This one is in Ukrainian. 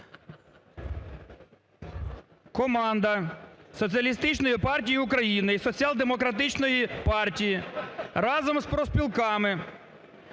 Команда Соціалістичної партії України і Соціал-демократичної партії разом з профспілками